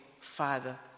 Father